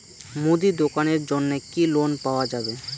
মুদি দোকানের জন্যে কি লোন পাওয়া যাবে?